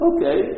Okay